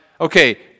okay